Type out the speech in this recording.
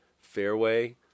fairway